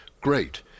great